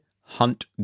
Hunt